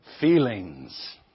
feelings